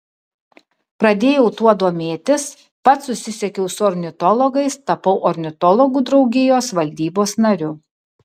pradėjau tuo domėtis pats susisiekiau su ornitologais tapau ornitologų draugijos valdybos nariu